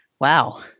Wow